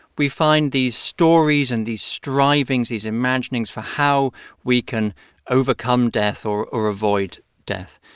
we find these stories and these strivings, these imaginings, for how we can overcome death or or avoid death.